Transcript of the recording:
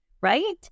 right